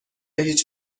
هیچ